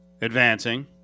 advancing